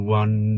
one